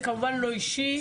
זה כמובן לא אישי,